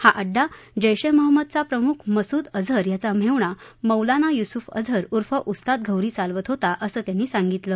हा अड्डा जैश ए महम्मदचा प्रमुख मसूद अझर याचा मेहुणा मौलाना यूसुफ अझर ऊर्फ उस्ताद घोरी चालवत होता असं त्यांनी सांगितलं